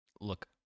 look